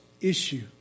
issue